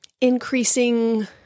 increasing